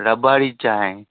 लॿाड़ी चांहि